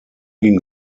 ging